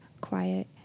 quiet